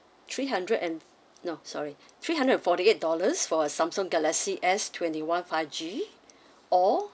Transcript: three hundred and no sorry three hundred and forty-eight dollars for a Samsung galaxy S twenty-one five G or